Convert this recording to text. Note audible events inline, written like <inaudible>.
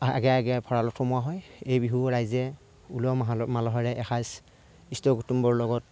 অহাৰ আগে আগে ভঁৰালত সোমাৱা হয় এই বিহু ৰাইজে উলহ <unintelligible> মালহেৰে এসাঁজ ইষ্ট কুটুম্বৰ লগত